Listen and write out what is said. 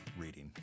reading